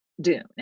Dune